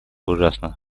ужасно